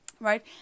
Right